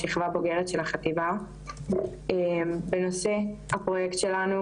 לשכבה הבוגרת בנושא הפרויקט שלנו